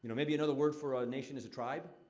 maybe another word for a nation is a tribe?